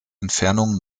entfernung